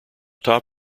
top